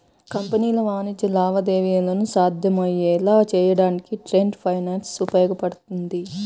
కంపెనీలు వాణిజ్య లావాదేవీలను సాధ్యమయ్యేలా చేయడానికి ట్రేడ్ ఫైనాన్స్ ఉపయోగపడుతుంది